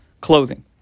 clothing